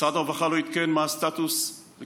משרד הרווחה לא עדכן מה הסטטוס שלהם,